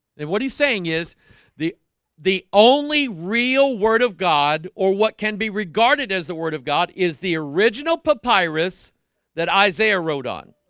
and what he's saying is the the only real word of god or what can be regarded as the word of god is the original papyrus that isaiah wrote on